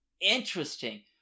Interesting